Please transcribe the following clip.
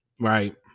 right